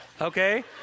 okay